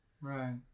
Right